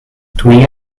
dwi